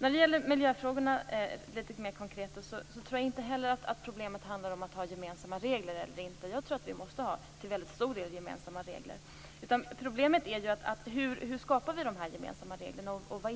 När det gäller miljöfrågorna litet mer konkret tror jag inte att problemet handlar om att ha gemensamma regler eller inte. Jag tror att vi till väldigt stor del måste ha gemensamma regler. Problemet är hur vi skapar de gemensamma reglerna och vad de